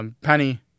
Penny